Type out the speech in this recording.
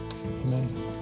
Amen